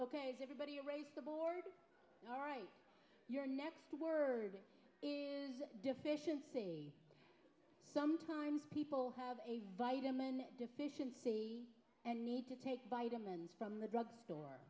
is everybody raise the board all right your next word is deficiency sometimes people have a vitamin deficiency and need to take vitamins from the drug store